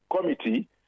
Committee